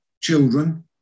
children